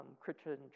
Christian